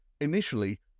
initially